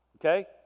okay